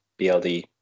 BLD